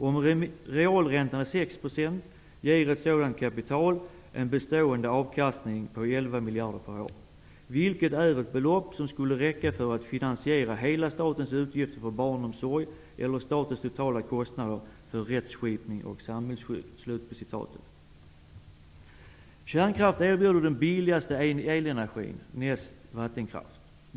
Om realräntan är 6%, ger ett sådant kapital en bestående avkastning på 11 miljarder per år, vilket är ett belopp som skulle räcka för att finansiera hela statens utgifter för barnomsorg eller statens totala kostnader för rättsskipning och samhällsskydd.'' Kärnkraft erbjuder den billigaste elenergin näst vattenkraft.